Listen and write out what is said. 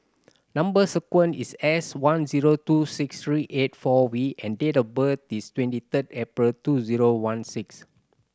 number sequence is S one zero two six three eight four V and date of birth is twenty third April two zero one six